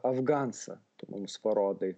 afgansą tu mums parodai